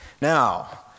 Now